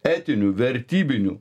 etinių vertybinių